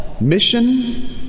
Mission